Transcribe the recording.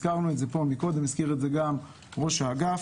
הזכרנו פה את זה קודם והזכיר את זה ראש האגף.